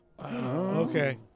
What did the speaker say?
Okay